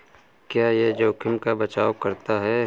क्या यह जोखिम का बचाओ करता है?